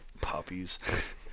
Puppies